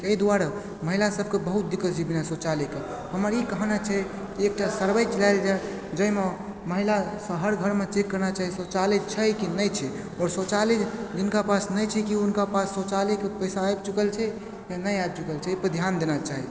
अइ दुआरे महिला सबके बहुत दिक्कत होइ छै बिना शौचालयके हमर ई कहनाइ छै एकटा सर्वे कयल जाइ जैमे महिलासँ हर घरमे चेक करना चाही शौचालय छै कि नहि छै आओर शौचालय जिनका पास नहि छै कि हुनका पास शौचालयके पैसा आबि चुकल छै या नहि आबि चुकल छै अइपर ध्यान देना चाही